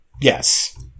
Yes